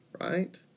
Right